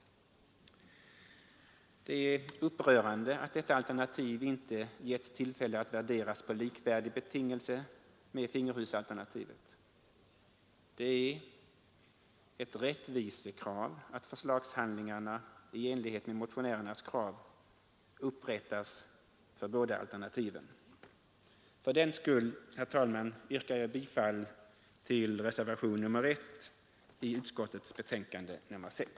Det är upprörande att detta alternativ inte har givits tillfälle att värderas på likvärdig betingelse som fingerhusalternativet. Det är ett rättvisekrav att förslagshandlingarna i enlighet med motionärernas krav upprättas för båda alternativen. Fördenskull, fru talman, yrkar jag bifall till reservationen 1 i trafikutskottets betänkande nr 6.